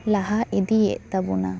ᱞᱟᱦᱟ ᱤᱫᱤᱭᱮᱫ ᱛᱟᱵᱚᱱᱟ